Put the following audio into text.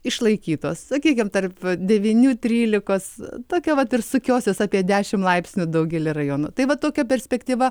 išlaikytos sakykim tarp devynių trylikos tokia vat ir sukiosis apie dešim laipsnių daugelyje rajonų tai va tokia perspektyva